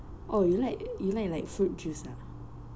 oh you like you like like fruit juice ah